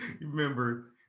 remember